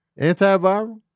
Antiviral